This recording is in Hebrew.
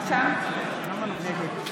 אתה בקריאה שלישית.